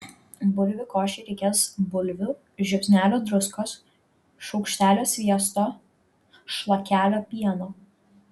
bulvių košei reikės bulvių žiupsnelio druskos šaukštelio sviesto šlakelio pieno